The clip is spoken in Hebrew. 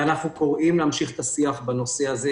ואנחנו קוראים להמשיך את השיח בנושא הזה,